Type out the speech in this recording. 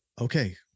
okay